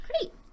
Great